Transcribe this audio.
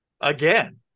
again